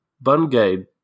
Bungay